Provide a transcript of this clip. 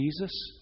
Jesus